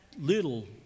little